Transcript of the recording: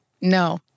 No